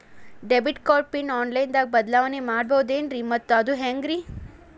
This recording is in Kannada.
ಡೆಬಿಟ್ ಕಾರ್ಡ್ ಪಿನ್ ಆನ್ಲೈನ್ ದಾಗ ಬದಲಾವಣೆ ಮಾಡಬಹುದೇನ್ರಿ ಮತ್ತು ಅದು ಹೆಂಗ್ರಿ?